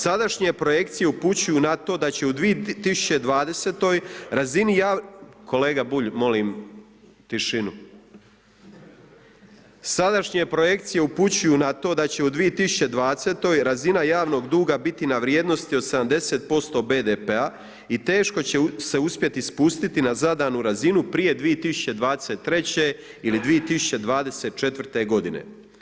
Sadašnje projekcije upućuju na to da će u 2020. razini – kolega Bulj molim tišinu – sadašnje projekcije upućuju na to da će u 2020. razina javnog duga biti na vrijednosti od 70% BDP-a i teško će se uspjeti spustiti na zadanu razinu prije 2023. ili 2024. godine.